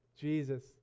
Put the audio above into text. Jesus